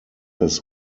his